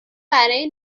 برای